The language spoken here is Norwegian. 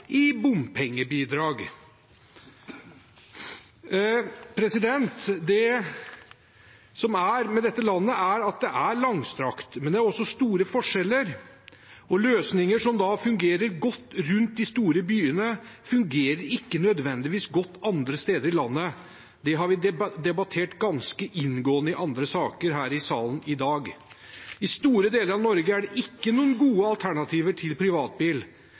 Dette landet er langstrakt, men det er også store forskjeller, og løsninger som fungerer godt rundt de store byene, fungerer ikke nødvendigvis godt andre steder i landet. Det har vi debattert ganske inngående i andre saker her i salen i dag. I store deler av Norge er det ikke gode alternativer til privatbil.